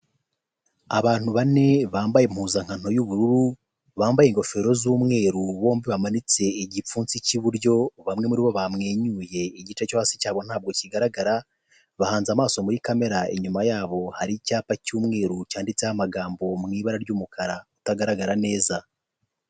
Abantu bane bambaye impuzankano y'ubururu bambaye ingofero z'umweru, bombi bamanitse igipfunsi cy'iburyo, bamwe muribo bamwenyuye igice cyo hasi cyabo ntabwo kigaragara, bahanze amaso muri kamera inyuma yabo hari icyapa cy'umweru cyanditseho amagambo mu ibara ry'umukara utagaragara neza.